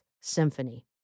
Symphony